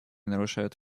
нарушают